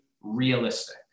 realistic